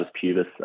pubis